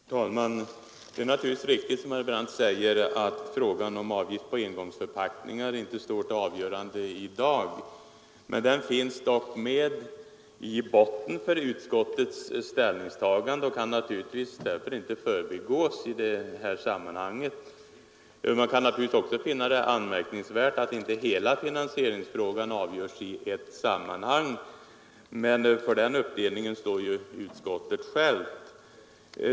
Herr talman! Det är naturligtvis som herr Brandt säger att frågan om avgift på engångsförpackningar inte föreligger till avgörande i dag. Den finns dock med i botten för utskottets ställningstagande och kan därför naturligtvis inte förbigås i det sammanhanget. Man kan givetvis också finna det anmärkningsvärt att inte hela finansieringsfrågan avgörs i ett sammanhang, men den uppdelningen står utskottet självt för.